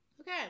okay